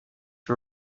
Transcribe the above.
you